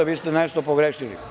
Vi ste nešto pogrešili.